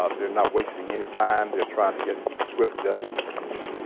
ah they're not wasting any time they're trying to get swift justice if you will.